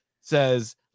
says